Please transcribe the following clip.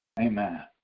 Amen